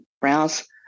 browse